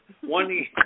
One